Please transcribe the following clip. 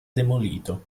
demolito